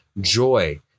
joy